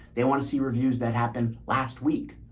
they want to see reviews that happen last week,